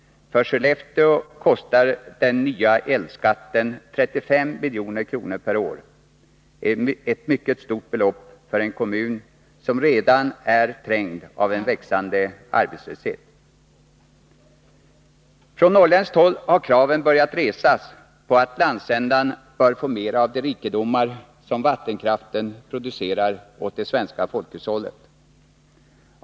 För Skellefteå kommun kostar den nya elskatten 35 milj.kr. per år. Det är ett mycket stort belopp för en kommun som redan är trängd på grund av en växande arbetslöshet. Från norrländskt håll har man börjat resa krav på att landsändan skall få mera av de rikedomar som vattenkraften producerar åt det svenska folkhushållet.